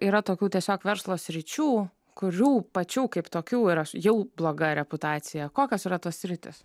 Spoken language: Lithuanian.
yra tokių tiesiog verslo sričių kurių pačių kaip tokių yra jau bloga reputacija kokios yra tos sritys